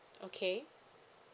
okay